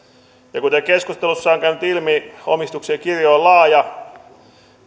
kuten keskustelussa on käynyt ilmi omistuksien kirjo on laaja